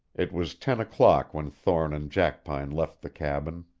it was ten o'clock when thorne and jackpine left the cabin.